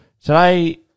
today